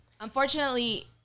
unfortunately